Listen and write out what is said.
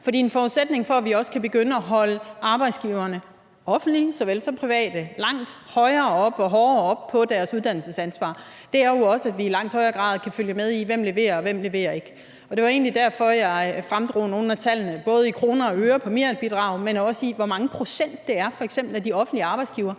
For en forudsætning for, at vi også kan begynde at holde arbejdsgiverne – offentlige såvel som private – langt hårdere op på deres uddannelsesansvar, er jo også, at vi i langt højere grad kan følge med i, hvem der leverer, og hvem der ikke leverer. Det var egentlig derfor, at jeg fremdrog nogle af tallene – både i kroner og øre for merbidraget, men også med hensyn til hvor mange procent det er af f.eks. de offentlige arbejdsgivere,